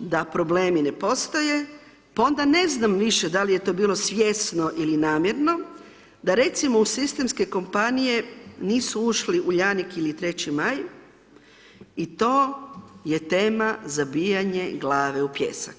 da problemi ne postoje pa onda ne znam više da li je to bilo svjesno ili namjerno da recimo u sistemske kompanije nisu ušli Uljanik ili 3.Maj i to je tema zabijanje glave u pijesak.